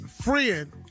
friend